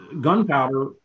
gunpowder